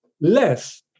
Less